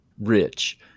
rich